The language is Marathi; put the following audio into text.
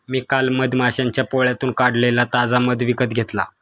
मी काल मधमाश्यांच्या पोळ्यातून काढलेला ताजा मध विकत घेतला